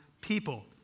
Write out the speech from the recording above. people